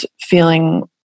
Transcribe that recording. feeling